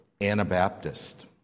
Anabaptist